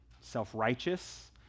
self-righteous